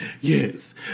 Yes